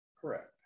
Correct